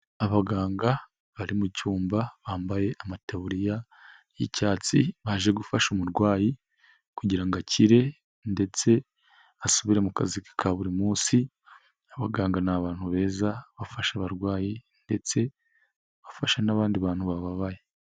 Abaganga bari mucyumba bambaye amataburiya y'icyatsi, baje gufasha umurwayi kugirango akire, ndetse asubire mu kazi ke ka buri munsi. Abaganga ni abantu beza bafasha abarwayi, ndetse bafasha n'abandi bantu bababaye.